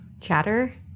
chatter